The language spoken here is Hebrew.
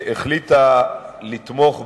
החליטה לתמוך בה,